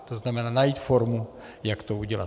To znamená najít formu, jak to udělat.